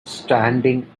standing